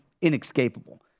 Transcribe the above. inescapable